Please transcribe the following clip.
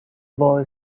boy